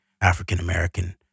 African-American